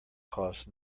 cost